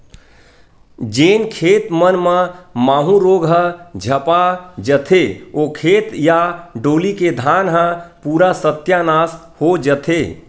जेन खेत मन म माहूँ रोग ह झपा जथे, ओ खेत या डोली के धान ह पूरा सत्यानास हो जथे